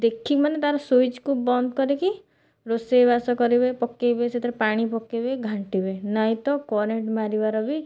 ଦେଖିକି ମାନେ ତା'ର ସୁଇଚ୍ କୁ ବନ୍ଦ କରିକି ରୋଷେଇବାସ କରିବେ ପକେଇବେ ସେଥିରେ ପାଣି ପକେଇବେ ଘାଣ୍ଟିବେ ନାଇ ତ କରେଣ୍ଟ୍ ମାରିବାର ବି